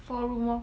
four room lor